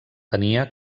tenia